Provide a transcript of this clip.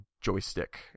joystick